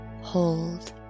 hold